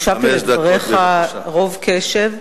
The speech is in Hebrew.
הקשבתי לדבריך רוב קשב.